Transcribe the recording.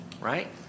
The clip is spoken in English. Right